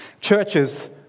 Churches